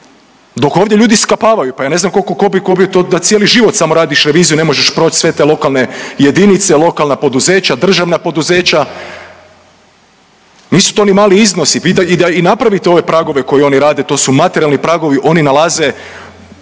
dok ovdje ljudi skapavaju, pa ja ne znam tko bi, to da cijeli život samo radiš reviziju, ne možeš proći sve te lokalne jedinice, lokalna poduzeća, državna poduzeća. Nisu to ni mali iznosi i da napravite ove pragove koje oni rade, to su materijalni pragovi, oni nalaze